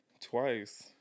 twice